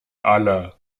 alle